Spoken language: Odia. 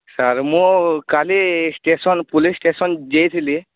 ସାର୍ ମୁଁ କାଲି ଷ୍ଟେସନ୍ ପୋଲିସ୍ ଷ୍ଟେସନ୍ ଯାଇଥିଲି